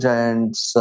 Giants